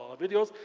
ah videos.